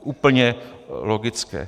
Úplně logické.